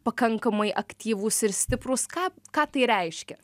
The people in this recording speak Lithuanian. pakankamai aktyvūs ir stiprūs ką ką tai reiškia